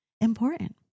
important